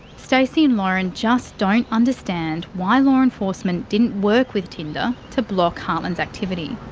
stacey and lauren just don't understand why law enforcement didn't work with tinder, to block hartland's activity.